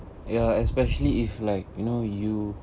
ya especially if like you know you